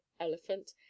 elephant